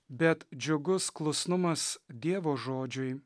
bet džiugus klusnumas dievo žodžiui